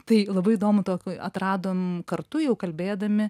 tai labai įdomu tokį atradom kartu jau kalbėdami